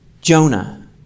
Jonah